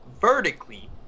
vertically